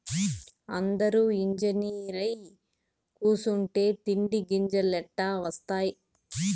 అందురూ ఇంజనీరై కూసుంటే తిండి గింజలెట్టా ఒస్తాయి